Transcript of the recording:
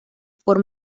por